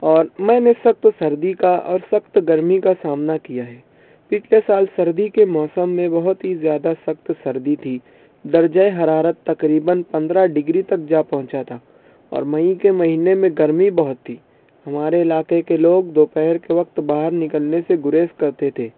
اور میں نے سخت سردی کا اور سخت گرمی کا سامنا کیا ہے پچھلے سال سردی کے موسم میں بہت ہی زیادہ سخت سردی تھی درجۂ حرارت تقریباً پندرہ ڈگری تک جا پہنچا تھا اور مئی کے مہینہ میں گرمی بہت تھی ہمارے علاقہ کے لوگ دوپہر کے وقت باہر نکلنے سے گریز کرتے تھے